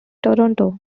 toronto